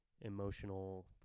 emotional